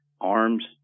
Arms